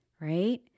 right